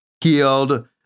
healed